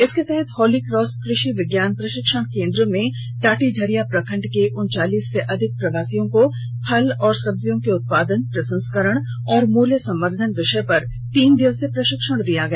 इसके तहत Holy Cross कृषि विज्ञान प्रशिक्षण केंद्र में टाटीझरिया प्रखंड के उनचालीस से अधिक प्रवासियों को फल और संब्जियों के उत्पादन प्रसंस्करण और मूल्य संवर्धन विषय पर तीन दिवसीय प्रशिक्षण दिया गया